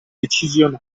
decisionali